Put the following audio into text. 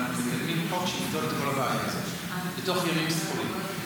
אנחנו מקדמים חוק שיפתור את כל הבעיה הזאת בתוך ימים ספורים.